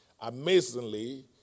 Amazingly